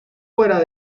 fuera